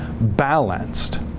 balanced